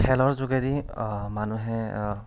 খেলৰ যোগেদি মানুহে